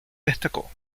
destacó